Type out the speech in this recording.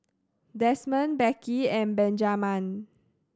Desmond Becky and Benjaman